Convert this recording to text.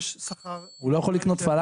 יש שכר --- הוא לא יכול לקנות פלאפל.